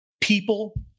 people